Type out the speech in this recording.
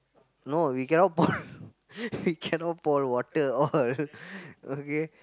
no we cannot put we cannot pour water all okay